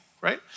right